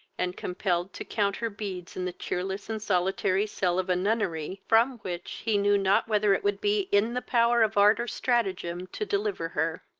and compelled to count her beads in the cheerless and solitary cell of a nunnery, from which he knew not whether it would be in the power of art or stratagem to deliver her,